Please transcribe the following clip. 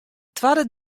twadde